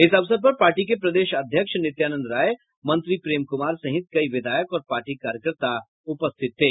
इस अवसर पर पार्टी के प्रदेश अध्यक्ष नित्यानंद राय मंत्री प्रेम कुमार सहित कई विधायक और पार्टी कार्यकर्ता उपस्थित थे